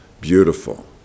beautiful